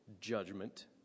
judgment